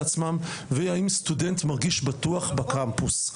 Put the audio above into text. והיא האם הסטודנט מרגיש בטוח בקמפוס.